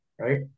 right